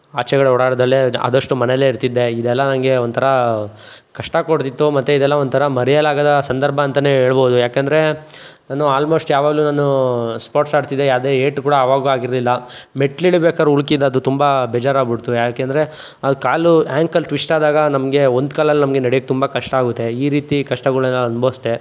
ಆಚೆ ಕಡೆ ಓಡಾಡದಲೇ ಆದಷ್ಟು ಮನೆಯಲ್ಲೇ ಇರ್ತಿದ್ದೆ ಇದೆಲ್ಲ ನನಗೆ ಒಂಥರ ಕಷ್ಟ ಕೊಡ್ತಿತ್ತು ಮತ್ತು ಇದೆಲ್ಲ ಒಂಥರ ಮರಿಯಲಾಗದ ಸಂದರ್ಭ ಅಂತ ಹೇಳ್ಬೌದು ಯಾಕಂದರೆ ನಾನು ಆಲ್ಮೋಸ್ಟ್ ಯಾವಾಗಲು ನಾನು ಸ್ಪೋರ್ಟ್ಸ್ ಆಡ್ತಿದ್ದೆ ಯಾವುದೇ ಏಟುಗಳ್ ಆವಾಗ ಆಗಿರಲಿಲ್ಲ ಮೆಟ್ಲಿಳಿಬೇಕಾರೆ ಉಳ್ಕಿದ್ದದು ತುಂಬ ಬೇಜಾರಾಗಿಬಿಡ್ತು ಯಾಕೆ ಅಂದರೆ ಅದು ಕಾಲು ಆ್ಯಂಕಲ್ ಟ್ವಿಸ್ಟಾದಾಗ ನಮಗೆ ಒಂದು ಕಾಲಲ್ಲಿ ನಮಗೆ ನಡಿಯಕ್ಕೆ ತುಂಬ ಕಷ್ಟ ಆಗುತ್ತೆ ಈ ರೀತಿ ಕಷ್ಟಗಳ್ನ ನಾನು ಅನ್ಬವ್ಸಿದೆ